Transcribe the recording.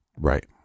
Right